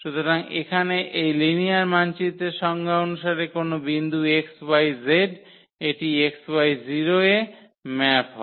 সুতরাং এখানে এই লিনিয়ার মানচিত্রের সংজ্ঞা অনুযায়ী কোনও বিন্দু xyz এটি xy0 এ ম্যাপ হয়